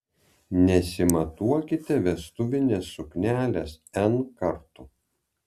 nesimatuokite vestuvinės suknelės n kartų